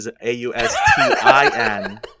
A-U-S-T-I-N